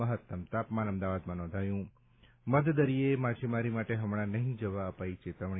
મહેત્તમ તાપમાન અમદાવાદમાં નોંધાયું મધદરિયે માછીમારી માટે હમણા નહિં જવા અપાઇ ચેતવણી